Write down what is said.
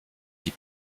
die